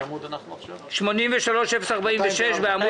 בקשה מס' 83-006 בעמוד